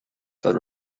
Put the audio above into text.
that